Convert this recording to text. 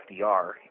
FDR